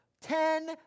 Ten